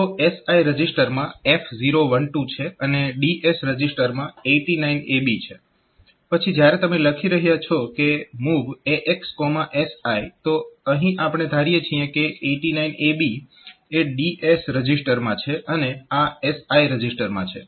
તો SI રજીસ્ટરમાં F012 છે અને DS રજીસ્ટરમાં 89AB છે પછી જ્યારે તમે લખી રહ્યાં છો કે MOV AX SI તો અહીં આપણે ધારીએ છીએ કે આ 89AB એ DS રજીસ્ટરમાં છે અને આ SI રજીસ્ટરમાં છે